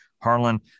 Harlan